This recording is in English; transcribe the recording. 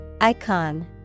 Icon